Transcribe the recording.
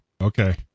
okay